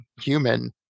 human